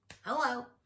Hello